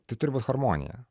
tai turi būt harmonija